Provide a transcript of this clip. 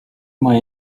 maja